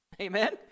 amen